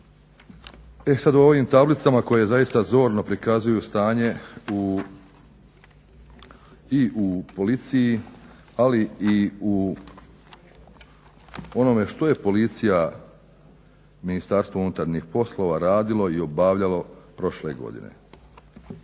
E sad o ovim tablicama koje zaista zorno prikazuju stanje i u policiji, ali i u onome što je policija, MUP, radilo i obavljalo prošle godine.